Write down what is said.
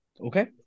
Okay